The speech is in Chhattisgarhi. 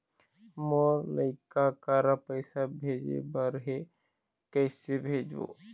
मोर लइका करा पैसा भेजें बर हे, कइसे भेजबो?